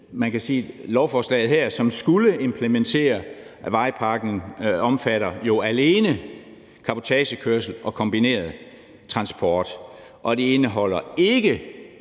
lovforslaget her, som skulle implementere vejpakken, jo alene omfatter cabotagekørsel og kombineret transport. Det indeholder ikke